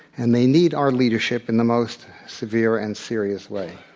and they need our leadership in the most severe and serious way.